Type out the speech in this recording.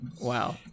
Wow